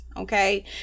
Okay